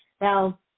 Now